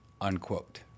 unquote